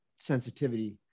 sensitivity